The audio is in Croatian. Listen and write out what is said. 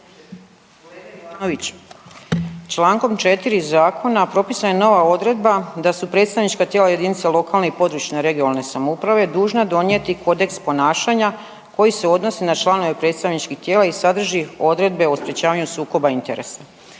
Kolega Ivanović, čl. 4. Zakona propisana je nova odredba da su predstavnička tijela jedinice lokalne, područne (regionalne) samouprave dužna donijeti kodeks ponašanja koji se odnosi na članove predstavničkih tijela i sadrži odredbe o sprječavanju sukoba interesa.